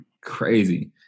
crazy